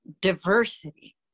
diversity